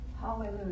Hallelujah